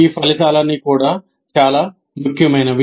ఈ ఫలితాలన్నీ కూడా చాలా ముఖ్యమైనవి